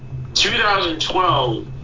2012